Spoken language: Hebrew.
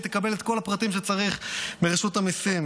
תקבל את כל הפרטים שצריך מרשות המיסים.